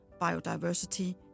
biodiversity